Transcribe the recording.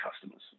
customers